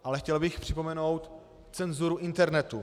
Ale chtěl bych připomenout cenzuru internetu.